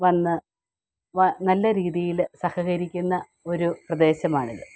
വന്ന് നല്ല രീതിയിൽ സഹകരിക്കുന്ന ഒരു പ്രദേശമാണിത്